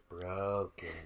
broken